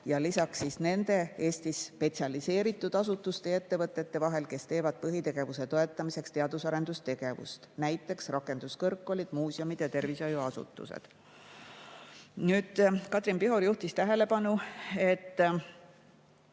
ja lisaks need Eesti spetsialiseeritud asutused ja ettevõtted, kes teevad põhitegevuse toetamiseks teadus- ja arendustegevust, näiteks rakenduskõrgkoolid, muuseumid ja tervishoiuasutused. Katrin Pihor juhtis tähelepanu, et